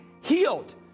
healed